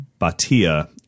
batia